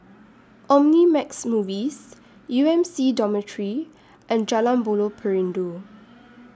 Omnimax Movies U M C Dormitory and Jalan Buloh Perindu